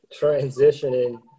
transitioning